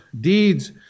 deeds